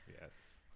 yes